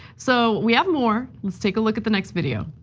so we have more, let's take a look at the next video.